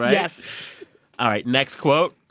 yes all right, next quote,